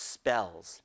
spells